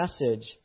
message